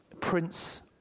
Prince